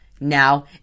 Now